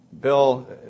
Bill